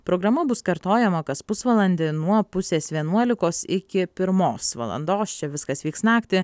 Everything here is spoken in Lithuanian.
programa bus kartojama kas pusvalandį nuo pusės vienuolikos iki pirmos valandos čia viskas vyks naktį